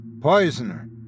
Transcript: Poisoner